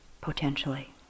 potentially